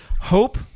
hope